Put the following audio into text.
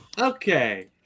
Okay